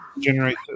generate